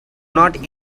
not